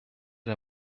der